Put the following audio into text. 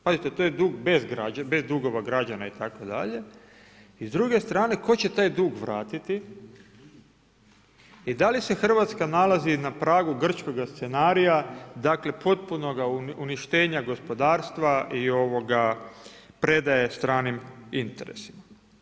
Pazite, to je dug bez dugova građana itd. i s druge strane, tko će taj dug vratiti i da li se RH nalazi na pragu grčkoga scenarija, dakle potpunoga uništenja gospodarstva i ovoga, predaje stranim interesima.